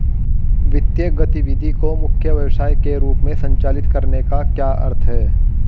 वित्तीय गतिविधि को मुख्य व्यवसाय के रूप में संचालित करने का क्या अर्थ है?